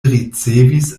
ricevis